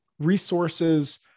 resources